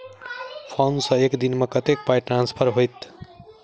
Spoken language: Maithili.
फोन सँ एक दिनमे कतेक पाई ट्रान्सफर होइत?